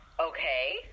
Okay